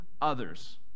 others